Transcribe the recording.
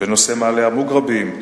בנושא מעלה-המוגרבים,